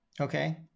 Okay